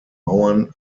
mauern